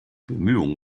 bemühungen